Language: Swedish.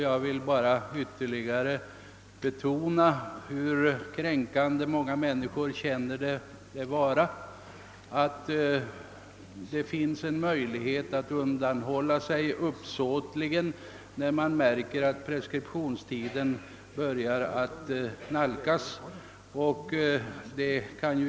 Jag vill bara ytterligare betona, hur kränkande många människor känner det vara att det finns en möjlighet att uppsåtligen hålla sig undan när man märker att preskriptionstiden börjar nalkas sitt slut.